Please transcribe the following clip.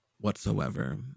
whatsoever